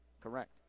Correct